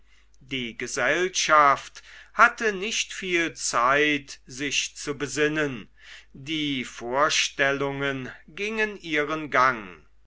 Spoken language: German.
die gesellschaft hatte nicht viel zeit sich zu besinnen die vorstellungen gingen ihren gang